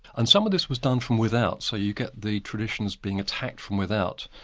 and some of this was done from without, so you get the traditions being attacked from without.